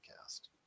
cast